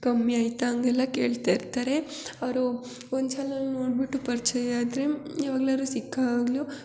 ಕಮ್ಮಿ ಆಯಿತಾ ಹಂಗೆಲ್ಲ ಕೇಳ್ತಾ ಇರ್ತಾರೆ ಅವರೂ ಒಂದು ಸಲ ನೋಡಿಬಿಟ್ಟು ಪರಿಚಯ ಆದರೆ ಯಾವಾಗ್ಲಾದ್ರೂ ಸಿಕ್ಕಾಗಲೂ